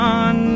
on